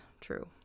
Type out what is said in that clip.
true